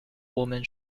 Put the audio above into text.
women